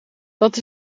dat